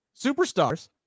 superstars